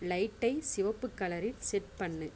லைட்டை சிவப்பு கலரில் செட் பண்ணு